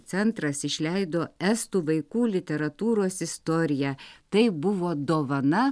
centras išleido estų vaikų literatūros istoriją tai buvo dovana